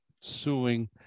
suing